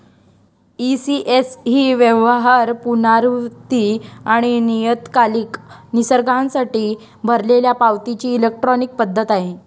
ECS ही व्यवहार, पुनरावृत्ती आणि नियतकालिक निसर्गासाठी भरलेल्या पावतीची इलेक्ट्रॉनिक पद्धत आहे